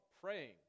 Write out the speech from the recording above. praying